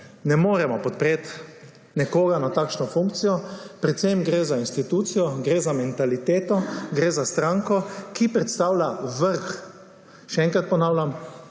ne moremo podpreti nekoga na takšno funkcijo. Predvsem gre za institucijo, gre za mentaliteto, gre za stranko, ki predstavlja vrh, še enkrat ponavljam,